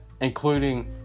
including